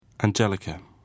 Angelica